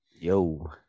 Yo